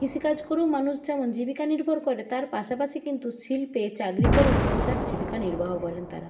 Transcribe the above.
কৃষিকাজ করেও মানুষ যেমন জীবিকা নির্ভর করে তার পাশাপাশি কিন্তু শিল্পে চাকরি করেও কিন্তু তার জীবিকা নির্বাহ করেন তারা